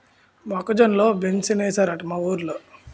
మొక్క జొన్న లో బెంసేనేశారట మా ఊరోలు